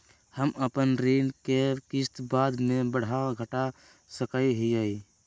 हम अपन ऋण के किस्त बाद में बढ़ा घटा सकई हियइ?